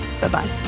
Bye-bye